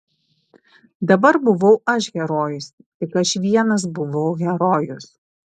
dabar buvau aš herojus tik aš vienas buvau herojus